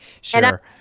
Sure